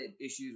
issues